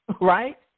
right